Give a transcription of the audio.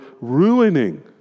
ruining